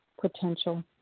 potential